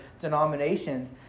denominations